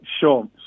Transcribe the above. Sure